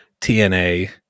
TNA